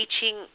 teaching